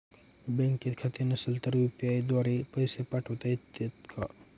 बँकेत खाते नसेल तर यू.पी.आय द्वारे पैसे पाठवता येतात का?